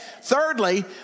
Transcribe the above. Thirdly